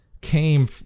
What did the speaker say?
came